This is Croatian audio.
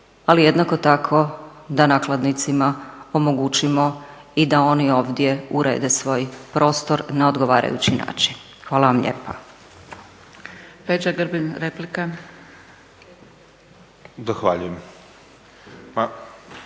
ali jednako tako da nakladnicima omogućimo i da oni ovdje urede svoj prostor na odgovarajući način. Hvala vam lijepa.